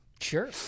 Sure